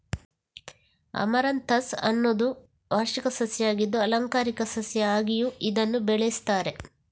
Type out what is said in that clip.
amaranthus ಅನ್ನುದು ವಾರ್ಷಿಕ ಸಸ್ಯ ಆಗಿದ್ದು ಆಲಂಕಾರಿಕ ಸಸ್ಯ ಆಗಿಯೂ ಇದನ್ನ ಬೆಳೆಸ್ತಾರೆ